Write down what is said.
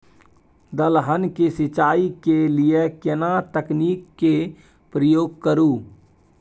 दलहन के सिंचाई के लिए केना तकनीक के प्रयोग करू?